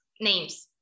names